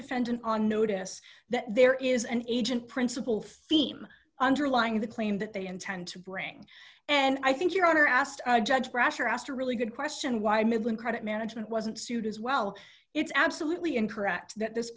defendant on notice that there is an agent principle theme underlying the claim that they intend to bring and i think your honor asked judge brasher asked a really good question why midland credit management wasn't sued as well it's absolutely incorrect that this